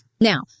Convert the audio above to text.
Now